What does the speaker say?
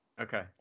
Okay